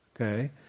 Okay